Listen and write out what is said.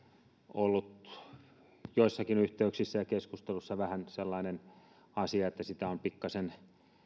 ollut joissakin yhteyksissä ja keskusteluissa vähän sellainen asia että sitä on pikkasen